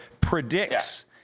predicts